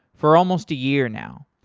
for almost a year now.